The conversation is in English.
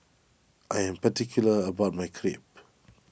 I am particular about my Crepe